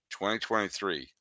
2023